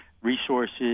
resources